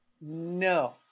No